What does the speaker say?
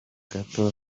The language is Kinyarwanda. gato